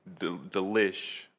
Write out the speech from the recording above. delish